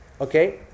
Okay